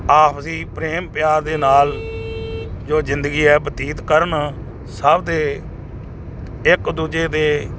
ਆਪਸੀ ਪ੍ਰੇਮ ਪਿਆਰ ਦੇ ਨਾਲ ਜੋ ਜ਼ਿੰਦਗੀ ਹੈ ਬਤੀਤ ਕਰਨ ਸਭ ਦੇ ਇੱਕ ਦੂਜੇ ਦੇ